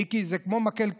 מיקי, זה כמו מקל כביסה: